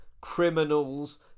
criminals